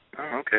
Okay